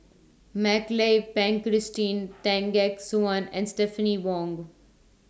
Mak Lai Peng Christine Tan Gek Suan and Stephanie Wong